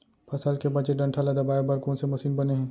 फसल के बचे डंठल ल दबाये बर कोन से मशीन बने हे?